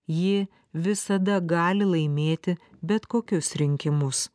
ji visada gali laimėti bet kokius rinkimus